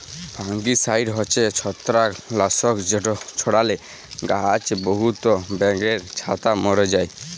fungicide হছে ছত্রাক লাসক যেট ছড়ালে গাহাছে বহুত ব্যাঙের ছাতা ম্যরে যায়